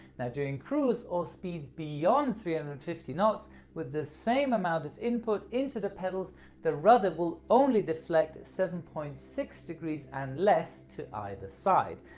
now during cruise or speeds beyond three hundred and and fifty knots with the same amount of input into the pedals the rudder will only deflect seven point six degrees and less to either side.